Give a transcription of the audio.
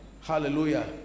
Hallelujah